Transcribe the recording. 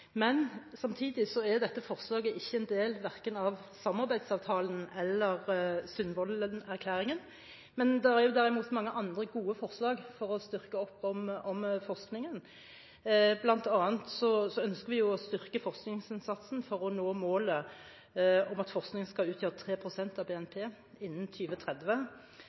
men det er derimot mange andre gode forslag for å styrke forskningen. Blant annet ønsker vi å styrke forskningsinnsatsen for å nå målet om at forskningen skal utgjøre 3 pst. av BNP innen